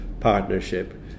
partnership